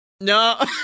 No